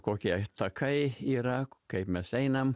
kokie takai yra kaip mes einam